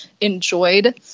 enjoyed